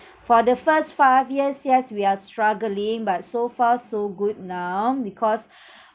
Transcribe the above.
for the first five years yes we are struggling but so far so good now because